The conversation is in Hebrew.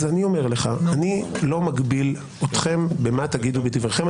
אני לא מגביל אתכם מה תגידו בדבריכם,